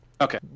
Okay